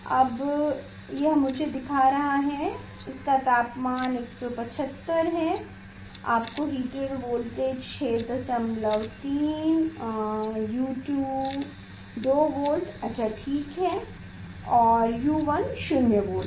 अब यह मुझे दिखा रहा है कि आपका तापमान 175 है आपका हीटर वोल्टेज 63 है और U2 2 वोल्ट ठीक है और U1 0 वोल्ट है